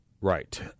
right